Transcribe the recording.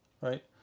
right